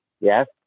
Yes